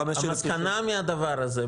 המסקנה מהדבר הזה,